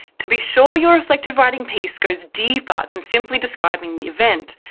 to be sure your reflective writing piece goes deeper than simply describing the event,